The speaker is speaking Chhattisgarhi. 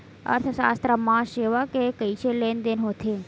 अर्थशास्त्र मा सेवा के कइसे लेनदेन होथे?